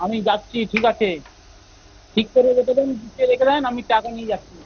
আমি যাচ্ছি ঠিক আছে ঠিক করে রেখে দিন গুছিয়ে রেখে দিন আমি টাকা নিয়ে যাচ্ছি